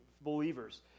believers